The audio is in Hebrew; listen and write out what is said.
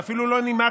אתה אפילו לא נימקת,